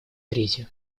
третью